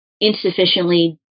insufficiently